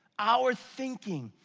our thinking,